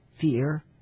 fear